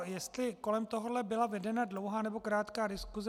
Jestli kolem tohoto byla vedena dlouhá, nebo krátká diskuse.